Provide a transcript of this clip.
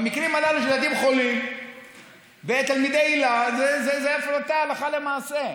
במקרים הללו של ילדים חולים ותלמידי היל"ה זו הפרטה הלכה למעשה.